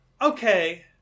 Okay